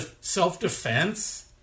self-defense